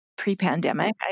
pre-pandemic